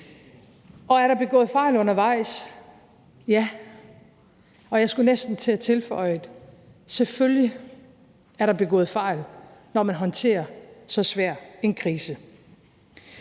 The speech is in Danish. Er der begået fejl undervejs? Ja. Og jeg skulle næsten til at tilføje: Selvfølgelig er der begået fejl, når man håndterer så svær en krise.